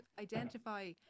identify